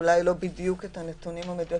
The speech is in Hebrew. אולי לא בדיוק הנתונים המדויקים.